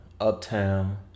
uptown